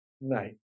night